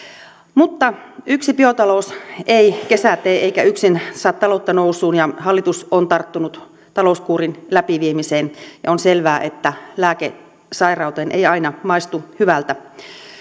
yksi biotalous ei kesää tee eikä yksin saa taloutta nousuun hallitus on tarttunut talouskuurin läpiviemiseen ja on selvää että lääke sairauteen ei aina maistu hyvältä